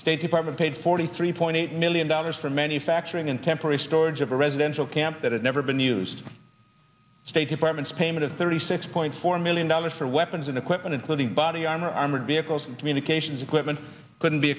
state department paid forty three point eight million dollars for manufacturing and temporary storage of a residential camp that had never been used state department's payment of thirty six point four million dollars for weapons and equipment including body armor armored vehicles and communications equipment couldn't be